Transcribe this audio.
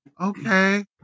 okay